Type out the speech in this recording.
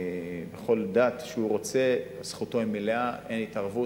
בכל דת שהוא רוצה, זכותו המלאה, אין התערבות.